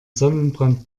sonnenbrand